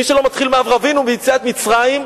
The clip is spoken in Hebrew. מי שלא מתחיל באברהם אבינו ויציאת מצרים,